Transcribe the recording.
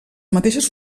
mateixes